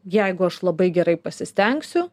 jeigu aš labai gerai pasistengsiu